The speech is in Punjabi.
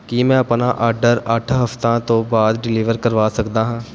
ਕੀ ਮੈਂ ਆਪਣਾ ਆਰਡਰ ਅੱਠ ਹਫ਼ਤਾ ਤੋਂ ਬਾਅਦ ਡਿਲੀਵਰ ਕਰਵਾ ਸਕਦਾ ਹਾਂ